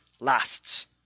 lasts